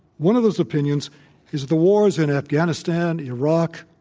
one of those opinions is, the wars in afghanistan, iraq,